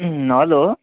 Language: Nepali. अँ हेलो